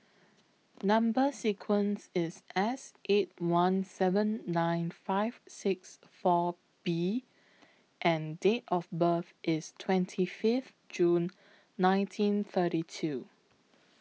Number sequence IS S eight one seven nine five six four B and Date of birth IS twenty Fifth June nineteen thirty two